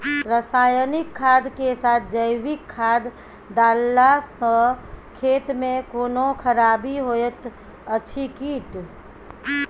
रसायनिक खाद के साथ जैविक खाद डालला सॅ खेत मे कोनो खराबी होयत अछि कीट?